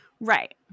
Right